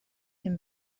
him